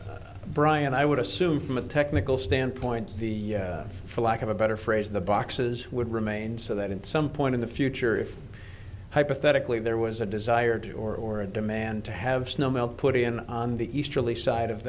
bryan i would assume from a technical standpoint the for lack of a better phrase the boxes would remain so that in some point in the future if hypothetically there was a desire to or a demand to have snow melt put in on the easterly side of